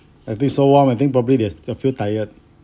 I think so warm I think probably they're they're feel tired